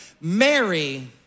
Mary